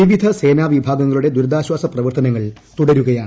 വിവിധ സേനാവിഭാഗങ്ങളുടെ ദൂരിത്ാശ്വാസപ്രവർത്തനങ്ങൾ തുടരുകയാണ്